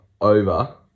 over